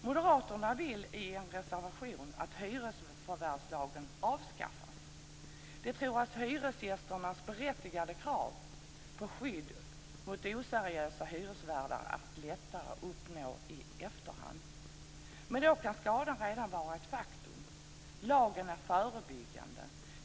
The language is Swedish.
Moderaterna vill i en reservation att hyresförvärvslagen avskaffas. De tror att hyresgästernas berättigade krav på ett skydd mot oseriösa hyresvärdar är lättare att uppnå i efterhand. Men då kan skadan redan vara ett faktum. Lagen är förebyggande.